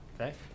okay